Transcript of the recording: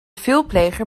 veelpleger